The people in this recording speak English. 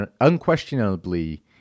unquestionably